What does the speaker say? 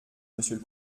monsieur